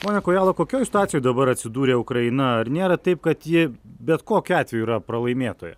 pone kojala kokioj situacijoj dabar atsidūrė ukraina ar nėra taip kad ji bet kokiu atveju yra pralaimėtoja